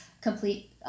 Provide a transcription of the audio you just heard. complete